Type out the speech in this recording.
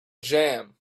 jam